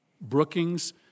Brookings